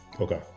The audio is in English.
okay